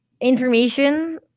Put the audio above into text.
information